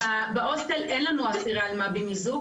בהוסטל אין לנו אסירי אלמ"ב עם איזוק.